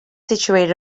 situated